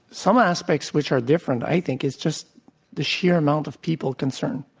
some aspects which are different i think is just the sheer amount of people concerned.